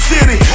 City